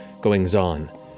goings-on